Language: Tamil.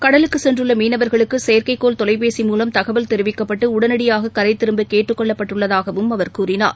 கடலுக்குசென்றுள்ளமீனவா்களுக்குசெயற்கைக்கோள் தொலைபேசி மூலம் தகவல் தெரிவிக்கப்பட்டுஉடனடியாககரைதிரும்பகேட்டுக் கொள்ளப்பட்டுள்ளதாகவும் அவர் கூறினார்